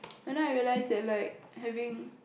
and then I realise that like having